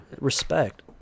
respect